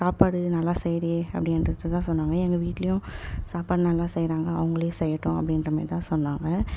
சாப்பாடு நல்லா செய்யறீயே அப்படின்றது தான் சொன்னாங்க எங்கள் வீட்லையும் சாப்பாடு நல்லா செய்யறாங்க அவங்களே செய்யட்டும் அப்படின்ற மாரி தான் சொன்னாங்க